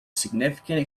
significant